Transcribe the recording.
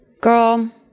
girl